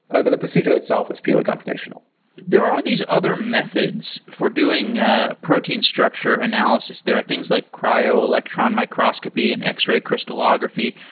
but but the procedure itself is purely computational there are these other methods for doing ah protein structure analysis. there are things like cryo-electron microscopy and x-ray crystallography.